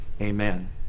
amen